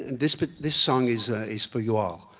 and this but this song is ah is for you all.